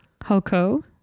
hoko